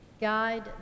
Guide